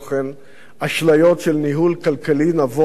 אשליות של ניהול כלכלי נבון ואחראי,